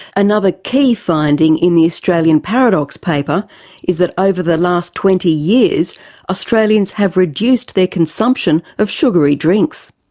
another key finding in the australian paradox paper is that over the last twenty years australians have reduced their consumption of sugary drinks.